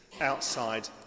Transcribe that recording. outside